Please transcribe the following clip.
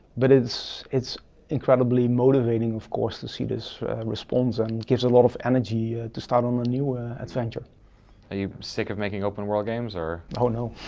but it's it's incredibly motivating, of course, to see this response and gives a lot of energy to start on a new adventure. are you sick of making open world games or? oh, no.